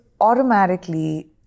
automatically